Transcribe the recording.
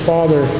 Father